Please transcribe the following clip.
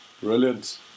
brilliant